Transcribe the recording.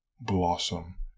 blossom